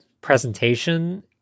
presentation